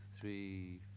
three